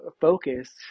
focus